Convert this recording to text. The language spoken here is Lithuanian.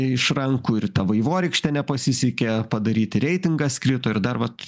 iš rankų ir ta vaivorykštė nepasisekė padaryti reitingas krito ir dar vat